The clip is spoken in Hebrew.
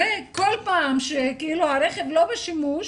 הרי כל זמן שהרכב לא בשימוש